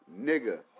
Nigga